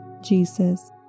Jesus